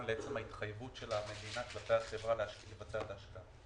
לעצם ההתחייבות של המדינה כלפי החברה לבצע את ההשקעה.